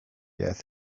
earth